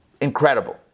incredible